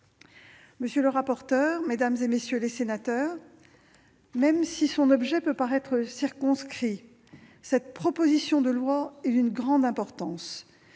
Monsieur le rapporteur, mesdames, messieurs les sénateurs, même si son objet peut paraître circonscrit, cette proposition de loi est d'une grande importance